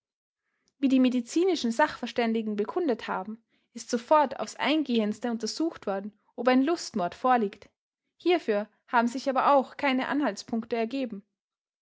wie die medizinischen sachverständigen bekundet haben ist sofort aufs eingehendste untersucht worden ob ein lustmord vorliegt hierfür haben sich aber auch keine anhaltspunkte ergeben